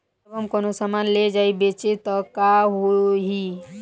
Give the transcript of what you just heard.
जब हम कौनो सामान ले जाई बेचे त का होही?